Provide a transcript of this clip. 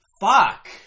Fuck